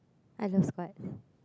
I love squats